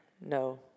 No